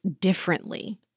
differently